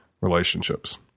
relationships